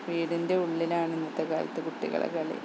വീടിൻ്റെ ഉള്ളിലാണ് ഇന്നത്തെ കാലത്ത് കുട്ടികളുടെ കളി